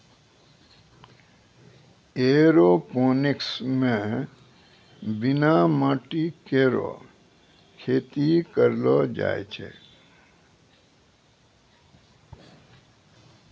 aeroponics म बिना माटी केरो खेती करलो जाय छै